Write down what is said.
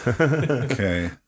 Okay